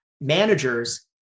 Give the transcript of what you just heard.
managers